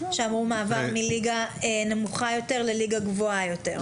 שאמרו מעבר מליגה נמוכה יותר לליגה גבוהה יותר.